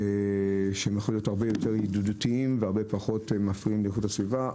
שהם יכלו להיות הרבה יותר ידידותיים והרבה פחות מפריעים לאיכות הסביבה.